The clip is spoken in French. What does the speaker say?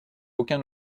aucun